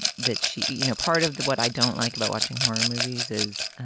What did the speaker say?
that she you know part of the what i don't like about watching horror movies is